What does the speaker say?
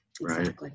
right